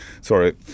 Sorry